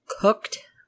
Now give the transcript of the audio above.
cooked